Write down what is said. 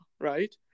right